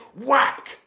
Whack